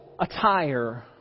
attire